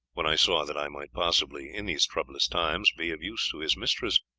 when i saw that i might possibly in these troublous times be of use to his mistress.